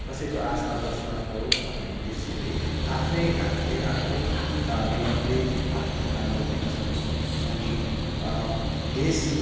कसैको आशमा बस्न नपरोस् भन्ने उद्देश्यले आफ्नै हातले आफ्नै मेहनतले आफ्नो खुट्टामा उभिन सकुन् अनि देश